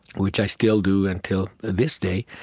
which i still do until this day.